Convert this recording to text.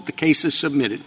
the case is submitted